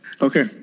Okay